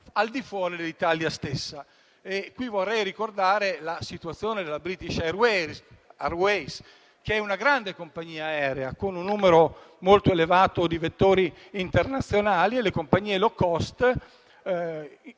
al di fuori dell'Italia stessa. Qui vorrei ricordare la situazione della British Airways, che è una grande compagnia aerea, avente un numero molto elevato di vettori internazionali; le compagnie *low cost*